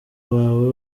bawe